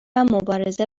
مبارزه